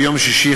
ביום שישי,